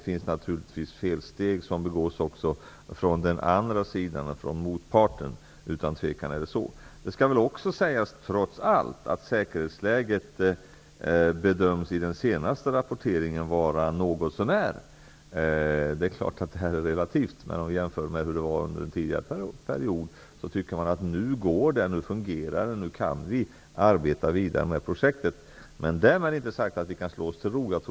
Utan tvivel begås felsteg även av motparten. Det skall också sägas att i den senaste rapporteringen bedömdes säkerhetsläget, trots allt, vara ''något så när''. Det är klart att det är relativt. Men om vi jämför med den tidigare perioden går det nu att arbeta vidare med projektet. Därmed är det inte sagt att vi kan slå oss till ro.